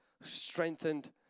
strengthened